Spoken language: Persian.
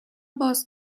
باز